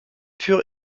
pure